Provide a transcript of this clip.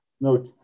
No